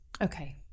Okay